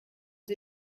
sie